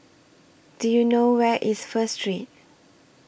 Do YOU know Where IS First Street